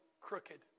crooked